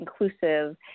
inclusive